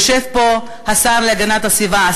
יושב פה השר להגנת הסביבה,